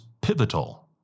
pivotal